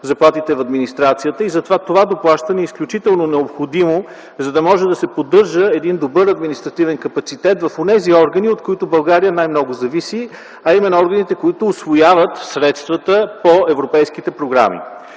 заплатите в администрацията. И затова това доплащане е изключително необходимо, за да може да се поддържа добър административен капацитет в онези органи, от които България зависи най-много, а именно органите, които усвояват средствата по европейските програми.